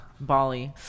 Bali